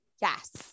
yes